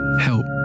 Help